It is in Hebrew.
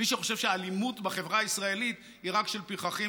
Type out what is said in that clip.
מי שחושב שהאלימות בחברה הישראלית היא רק של פרחחים